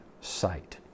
sight